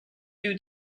due